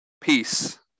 peace